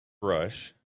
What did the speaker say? Brush